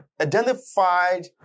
identified